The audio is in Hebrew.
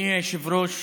אדוני היושב-ראש,